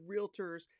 Realtors